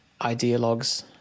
ideologues